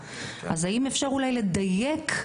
אז האם אפשר אולי לדייק,